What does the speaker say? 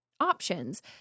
options